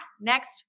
next